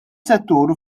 settur